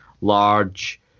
large